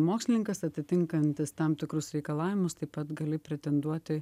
mokslininkas atitinkantis tam tikrus reikalavimus taip pat gali pretenduoti